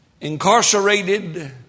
Incarcerated